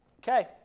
Okay